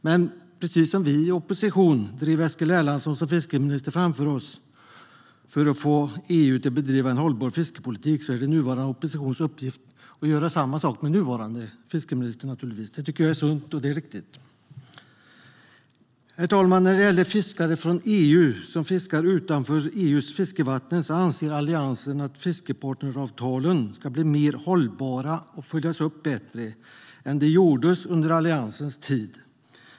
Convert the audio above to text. Men precis som vi i opposition drev Eskil Erlandsson som fiskeminister framför oss för att få EU att bedriva en hållbar fiskeripolitik är det nuvarande oppositions uppgift att göra samma sak med nuvarande fiskeminister. Det är sunt och riktigt. Herr talman! När det gäller fiskare från EU som fiskar utanför EU:s fiskevatten anser Alliansen att fiskepartneravtalen ska bli mer hållbara och följas upp bättre än det gjordes under Alliansens tid.